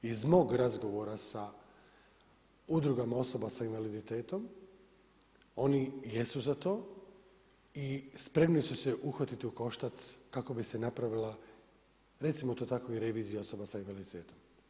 Iz mog razgovora sa udrugama osoba sa invaliditetom oni jesu za to i spremni su se uhvatiti u koštac kako bi se napravila, recimo to tako i revizija osoba sa invaliditetom.